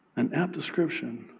an apt description